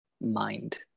mind